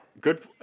Good